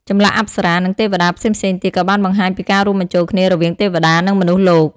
ចម្លាក់អប្សរានិងទេវតាផ្សេងៗទៀតក៏បានបង្ហាញពីការរួមបញ្ចូលគ្នារវាងទេវតានិងមនុស្សលោក។